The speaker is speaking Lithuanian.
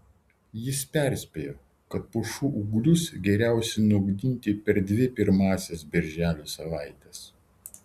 jis perspėjo kad pušų ūglius geriausiai nugnybti per dvi pirmąsias birželio savaites